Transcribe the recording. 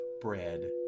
bread